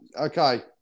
okay